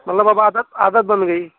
मतलब अब आदत आदत बन गई